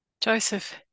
Joseph